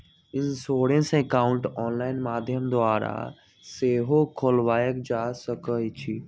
insurance account online माध्यम द्वारा सेहो खोलबायल जा सकइ छइ